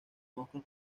moscas